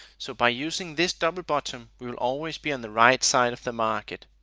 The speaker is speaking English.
so by using this double bottom we will always be on the right side of the market.